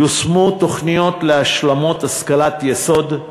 ייושמו תוכניות להשלמות השכלת יסוד,